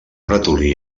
ratolí